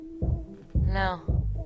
No